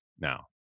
now